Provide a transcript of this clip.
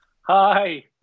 hi